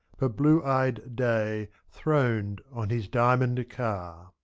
but blue-eyed day throned on his diamond car.